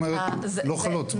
בעצם לא חלות.